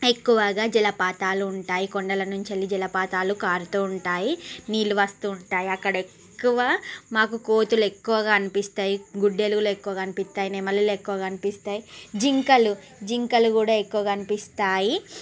ఎక్కువగా జలపాతాలు ఉంటాయి కొండల నుంచి జలపాతాలు కారుతూ ఉంటాయి నీళ్లు వస్తుంటాయి అక్కడ ఎక్కువ మాకు కోతులు ఎక్కువగా కనిపిస్తాయి గుడ్డెలుగులు ఎక్కువ కనిపిస్తాయి నెమలీలు ఎక్కువ కనిపిస్తాయి జింకలు జింకలు కూడా ఎక్కువగా కనిపిస్తాయి